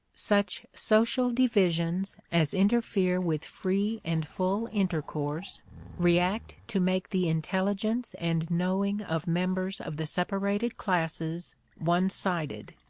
such social divisions as interfere with free and full intercourse react to make the intelligence and knowing of members of the separated classes one-sided.